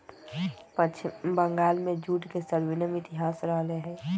पश्चिम बंगाल में जूट के स्वर्णिम इतिहास रहले है